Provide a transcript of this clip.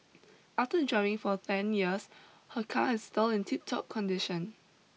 after driving for ten years her car is still in tiptop condition